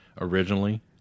originally